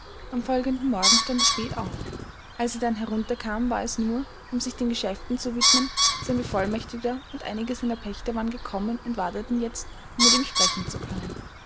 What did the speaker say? am folgenden morgen stand er spät auf als er dann herunterkam war es nur um sich den geschäften zu widmen sein bevollmächtigter und einige seiner pächter waren gekommen und warteten jetzt um mit ihm sprechen zu können